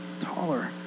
taller